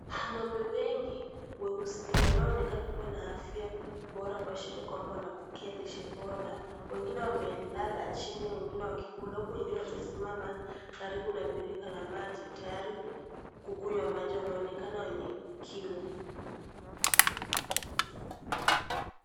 Ng'ombe wengi weusi wanaonekana kuwa na afya bora kuashiria kuwa wanapokea lishe bora , wengine wamelala chini wengine wakikula huku wengine wamesimama karibu na birika la maji tayari kukunywa maji wanaonekana wenye kiu.